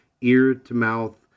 ear-to-mouth